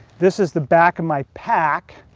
this is the back of my pack,